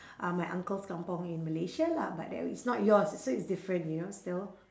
uh my uncle's kampung in malaysia lah but that it's not yours so it's different you know still